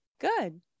good